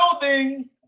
building